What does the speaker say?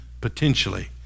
potentially